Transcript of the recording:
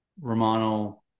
romano